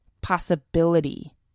possibility